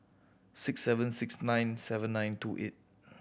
six seven six nine seven nine two eight